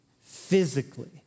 physically